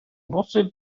bosib